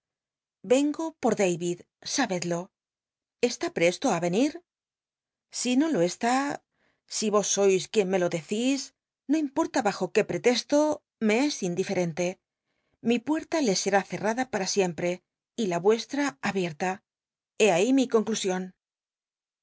vengo por da id sabed lo está presto á y os sois quien me lo decís no importa bajo qué pretesto me es indifetcnte mi puet'ta le serü cenada para siempre y la vuestra abierta lié ahí mi conclusion